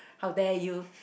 how dare you